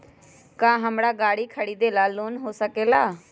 का हमरा गारी खरीदेला लोन होकेला?